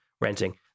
renting